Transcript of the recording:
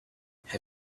have